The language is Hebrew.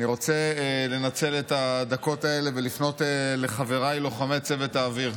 אני רוצה לנצל את הדקות האלה ולפנות לחבריי לוחמי צוות האוויר,